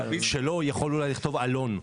ושלו אולי יכול לכתוב עלון.